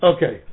Okay